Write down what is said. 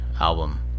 album